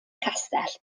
castell